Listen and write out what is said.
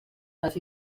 les